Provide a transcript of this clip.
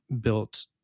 built